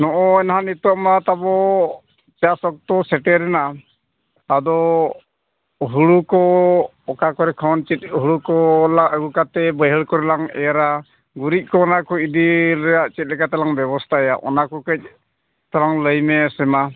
ᱱᱚᱜᱼᱚᱸᱭ ᱱᱟᱜ ᱱᱤᱛᱚᱜ ᱢᱟ ᱛᱟᱵᱚ ᱪᱟᱥ ᱚᱠᱛᱚ ᱥᱮᱴᱮᱨᱱᱟ ᱟᱫᱚ ᱦᱳᱲᱳ ᱠᱚ ᱚᱠᱟ ᱠᱚᱨᱮ ᱠᱷᱚᱱ ᱪᱮᱫ ᱦᱳᱲᱳ ᱠᱚ ᱞᱟ ᱟᱹᱜᱩ ᱠᱟᱛᱮᱫ ᱵᱟᱹᱭᱦᱟᱹᱲ ᱠᱚᱨᱮᱞᱟᱝ ᱮᱨᱻᱟ ᱜᱩᱨᱤᱡ ᱠᱚ ᱚᱱᱟ ᱠᱚ ᱤᱫᱤ ᱨᱮᱭᱟᱜ ᱪᱮᱫ ᱞᱮᱠᱟ ᱛᱟᱞᱟᱝ ᱵᱮᱵᱚᱥᱛᱟᱭᱟ ᱚᱱᱟ ᱠᱚ ᱠᱟᱹᱡ ᱛᱟᱞᱟᱝ ᱞᱟᱹᱭᱢᱮᱥᱮ ᱢᱟ